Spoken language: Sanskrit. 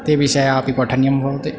ते विषयाः अपि पठनियं भवति